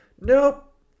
Nope